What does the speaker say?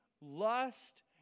lust